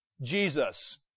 Jesus